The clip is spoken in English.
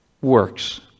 works